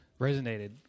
resonated